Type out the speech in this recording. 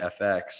FX